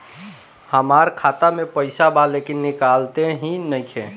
हमार खाता मे पईसा बा लेकिन निकालते ही नईखे?